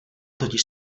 totiž